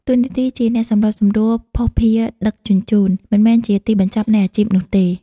តួនាទីជាអ្នកសម្របសម្រួលភស្តុភារដឹកជញ្ជូន មិនមែនជាទីបញ្ចប់នៃអាជីពនោះទេ។